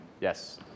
Yes